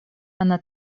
она